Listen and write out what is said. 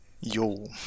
Yo